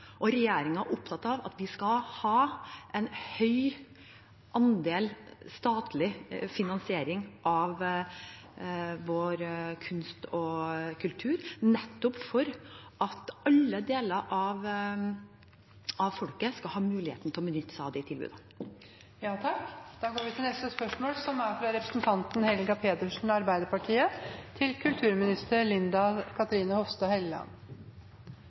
er opptatt av at vi skal ha en høy andel statlig finansiering av vår kunst og kultur nettopp for at alle deler av folket skal ha muligheten til å benytte seg av de tilbudene. «Et av de få nye initiativene regjeringen har tatt på kulturfeltet, er